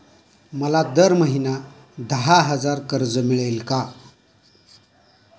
मला दर महिना दहा हजार कर्ज मिळेल का?